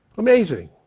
amazing.